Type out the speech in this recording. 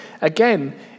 Again